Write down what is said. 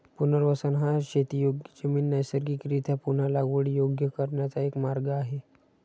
पुनर्वसन हा शेतीयोग्य जमीन नैसर्गिकरीत्या पुन्हा लागवडीयोग्य करण्याचा एक मार्ग आहे